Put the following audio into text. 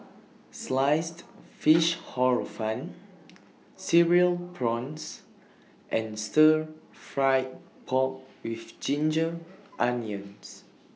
Sliced Fish Hor Fun Cereal Prawns and Stir Fried Pork with Ginger Onions